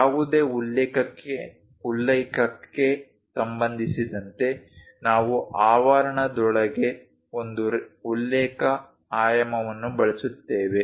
ಯಾವುದೇ ಉಲ್ಲೇಖಕ್ಕೆ ಸಂಬಂಧಿಸಿದಂತೆ ನಾವು ಆವರಣದೊಳಗೆ ಒಂದು ಉಲ್ಲೇಖ ಆಯಾಮವನ್ನು ಬಳಸುತ್ತೇವೆ